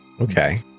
Okay